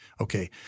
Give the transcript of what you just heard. Okay